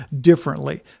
differently